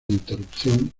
interrupción